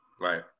right